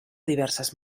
diverses